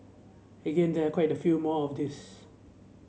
again there quite a few more of these